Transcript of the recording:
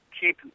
keep